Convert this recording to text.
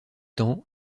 temps